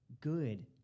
good